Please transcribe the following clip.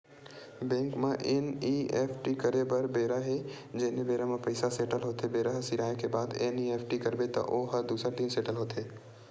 bank म NEFT करे बर बेरा हे जेने बेरा म पइसा सेटल होथे बेरा ह सिराए के बाद एन.ई.एफ.टी करबे त ओ ह दूसर दिन सेटल होथे